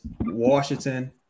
Washington